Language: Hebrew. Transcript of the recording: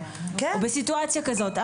או בסיטואציה כזאת.